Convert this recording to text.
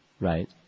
Right